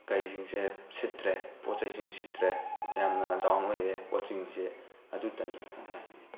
ꯀꯩꯁꯤꯡꯁꯦ ꯁꯤꯠꯇ꯭ꯔꯦ ꯄꯣꯠ ꯆꯩꯁꯤꯡ ꯁꯤꯠꯇ꯭ꯔꯦ ꯌꯥꯝꯅ ꯗꯥꯎꯟ ꯑꯣꯏꯔꯦ ꯄꯣꯠꯁꯤꯡꯁꯦ ꯑꯗꯨꯇꯅꯤ